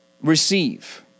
receive